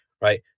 right